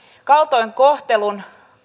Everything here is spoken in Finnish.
kaltoinkohtelun